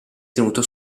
tenuto